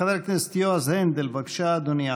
חבר הכנסת יועז הנדל, בבקשה, אדוני.